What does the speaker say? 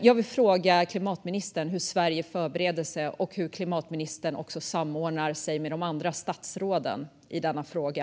Jag vill fråga klimatministern hur Sverige förbereder sig och hur ministern samordnar med de andra statsråden i denna fråga.